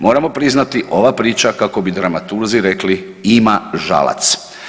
Moramo priznati ova priča kao bi dramaturzi rekli ima žalac.